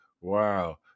wow